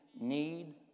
need